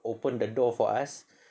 open the door for us